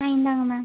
ஆ இந்தாங்க மேம்